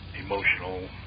emotional